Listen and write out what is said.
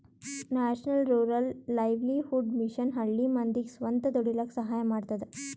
national rural livelihood mission ಹಳ್ಳಿ ಮಂದಿಗ್ ಸ್ವಂತ ದುಡೀಲಕ್ಕ ಸಹಾಯ ಮಾಡ್ತದ